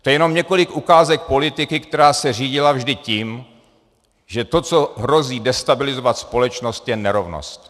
To je jenom několik ukázek politiky, která se řídila vždy tím, že to, co hrozí destabilizovat společnost, je nerovnost.